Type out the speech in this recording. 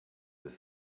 with